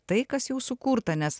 tai kas jau sukurta nes